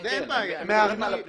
מבנה פנימייה, מבנה של הכיתות וכולי.